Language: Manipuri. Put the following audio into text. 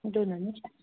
ꯑꯗꯨꯅꯅꯤ